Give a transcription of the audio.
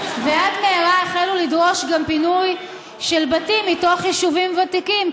ועד מהרה החלו לדרוש גם פינוי של בתים מתוך יישובים ותיקים,